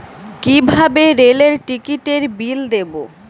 কিভাবে রেলের টিকিটের বিল দেবো?